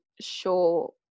sure